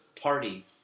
party